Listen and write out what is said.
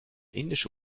indische